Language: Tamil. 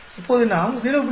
இப்போது நாம் 0